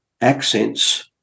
accents